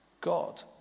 God